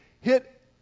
hit